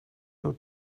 your